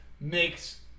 makes